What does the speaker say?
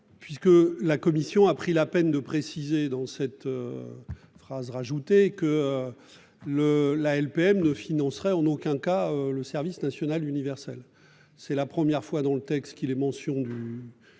Puisque la commission a pris la peine de préciser dans cette. Phrase rajoutée que. Le la LPM 2 financerait en aucun cas le service national universel, c'est la première fois dans le texte qui les mentions du.